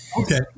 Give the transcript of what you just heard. Okay